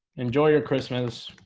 enjoy your christmas.